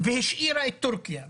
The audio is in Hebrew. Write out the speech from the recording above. והשאירה את טורקיה וגיאורגיה.